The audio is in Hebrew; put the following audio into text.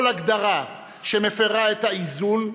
"כל הגדרה שמפירה את האיזון,